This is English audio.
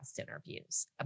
interviews